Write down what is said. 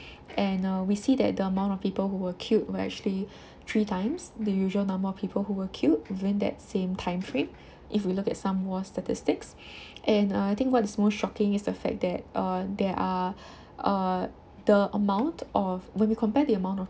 and uh we see that the amount of people who were killed were actually three times the usual number of people who were killed within that same time frame if we look at some more statistics and uh I think what is more shocking is the fact that uh there are uh the amount of when we compare the amount of